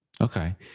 Okay